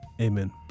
Amen